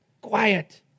Quiet